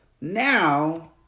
Now